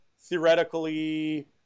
theoretically